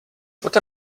what